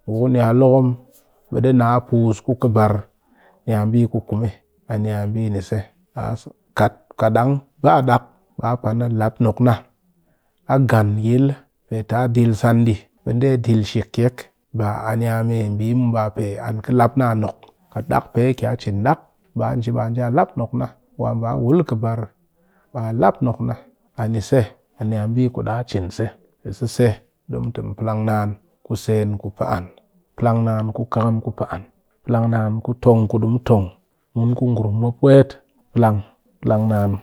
Ngu ku niya lokom dɨ, naa pus ku kɨbar niya mbi ku kume ani ya bi ni se kat dang ba dak ba pan a lap nok na. a gan yil pee ta del san shik kek, ba a niya mbi muw pe an ki lap na a nok kek, kat dak pe a kiya cin dak, ba nji. ba lap nok wa ba wul kɨbar a nji ba lap nok na a ni mbi ku da cin se, pe sese di mu te mu plang naan ku sen ku pɨ an. plang naan ku khakam ku pɨ an plang naan tong ku dɨ mu tong ku ngurum mop weet plang.